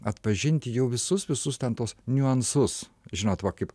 atpažinti jau visus visus ten tuos niuansus žinot va kaip